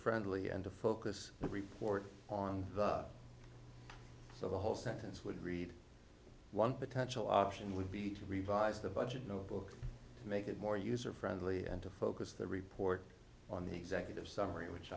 friendly and to focus the report on so the whole sentence would read one potential option would be to revise the budget notebook to make it more user friendly and to focus the report on the executive summary which